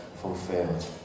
fulfilled